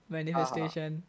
Manifestation